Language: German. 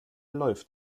läuft